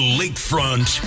lakefront